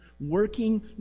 working